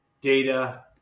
data